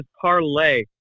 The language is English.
parlay